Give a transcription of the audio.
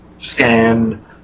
scan